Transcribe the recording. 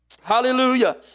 Hallelujah